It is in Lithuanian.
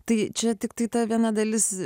tai čia tiktai ta viena dalis